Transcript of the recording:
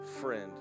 friend